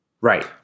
Right